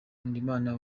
nkundimana